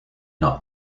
not